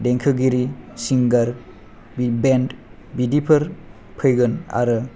देंखोगिरि सिंगार बेन्द बिदिफोर फैगोन आरो